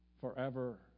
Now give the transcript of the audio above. forever